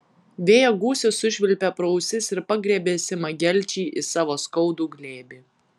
vėjo gūsis sušvilpė pro ausis ir pagriebė simą gelčį į savo skaudų glėbį